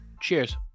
Cheers